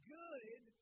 good